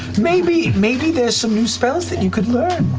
maybe maybe there's some new spells that you could learn.